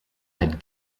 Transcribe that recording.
had